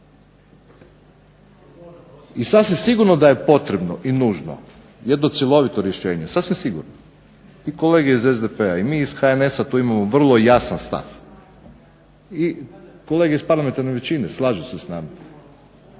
I sasvim sigurno da je potrebno i nužno jedno cjelovito rješenje, sasvim sigurno. I kolege iz SDP-a i mi iz HNS-a imamo tu vrlo jasan stav i kolege iz parlamentarne većine slažu se s nama.